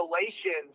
relations